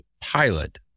pilot